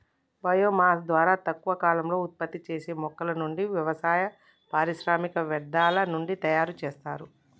bio mass ద్వారా తక్కువ కాలంలో ఉత్పత్తి చేసే మొక్కల నుండి, వ్యవసాయ, పారిశ్రామిక వ్యర్థాల నుండి తయరు చేస్తారు